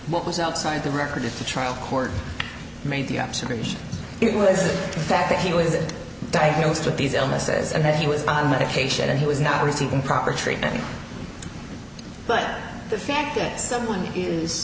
what was outside the record in the trial court made the observation it was a fact that he was diagnosed with these illnesses and that he was on medication and he was not receiving proper treatment but the fact that someone is